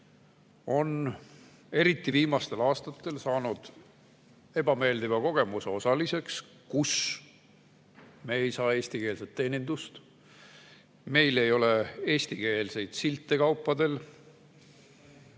on, eriti viimastel aastatel, saanud ebameeldiva kogemuse osaliseks, kus me ei saa eestikeelset teenindust, meil ei ole eestikeelseid silte kaupadel,